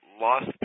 lost